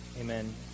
Amen